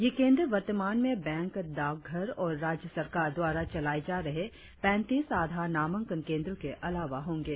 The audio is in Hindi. ये केंद्र वर्तमान में बैंक डॉकघर और राज्य सरकार द्वारा चलाए जा रहे पैंतीस आधार नामांकन केंद्रों के अलावा होंगे